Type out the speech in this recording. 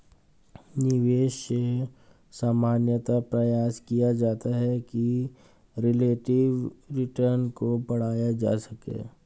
निवेश में सामान्यतया प्रयास किया जाता है कि रिलेटिव रिटर्न को बढ़ाया जा सके